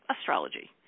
astrology